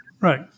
Right